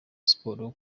siporo